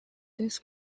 this